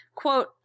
Quote